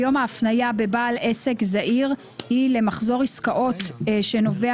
היום ההפניה בבעל עסק זעיר היא למחזור עסקאות שנובע